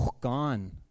gone